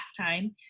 time